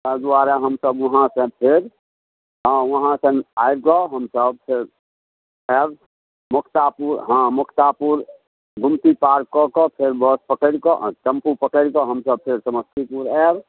तै दुआरे हमसब वहाँसँ फेर हँ वहाँसँ आबिकऽ सब हमसब फेर आयब मोक्तापुर हँ मुक्तापुर गुमती पार कऽ कऽ फेर बस पकड़िकऽ टेम्पू पकड़िकऽ हमसब फेर समस्तीपुर आयब